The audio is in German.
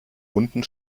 unten